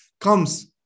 comes